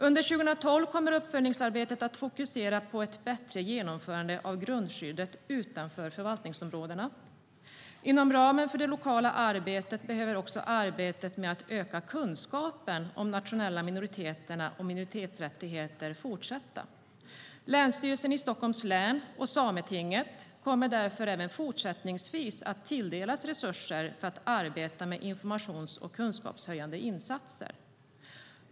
Under 2012 kommer uppföljningsarbetet att fokusera på ett bättre genomförande av grundskyddet utanför förvaltningsområdena. Inom ramen för det lokala arbetet behöver också arbetet med att öka kunskapen om de nationella minoriteterna och minoritetsrättigheterna fortsätta. Länsstyrelsen i Stockholms län och Sametinget kommer därför även fortsättningsvis att tilldelas resurser för att arbeta med informations och kunskapshöjande insatser.